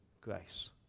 grace